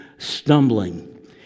stumbling